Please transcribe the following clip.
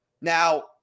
Now